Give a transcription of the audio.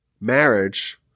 Marriage